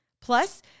Plus